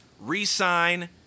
re-sign